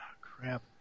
Crap